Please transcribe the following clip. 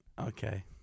Okay